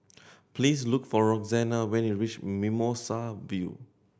please look for Roxanna when you reach Mimosa View